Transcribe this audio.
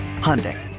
Hyundai